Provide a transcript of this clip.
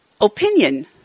Opinion